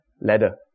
leather